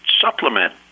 supplement